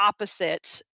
opposite